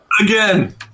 Again